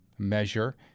measure